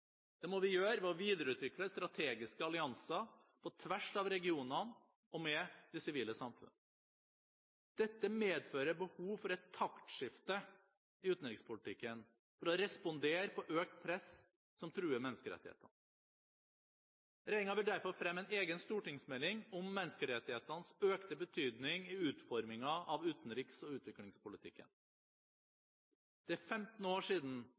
Det må vi gjøre ved å videreutvikle strategiske allianser på tvers av regionene og med det sivile samfunn. Dette medfører behov for et taktskifte i utenrikspolitikken for å respondere på økt press som truer menneskerettighetene. Regjeringen vil derfor fremme en egen stortingsmelding om menneskerettighetenes økte betydning i utformingen av utenriks- og utviklingspolitikken. Det er 15 år siden